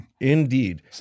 Indeed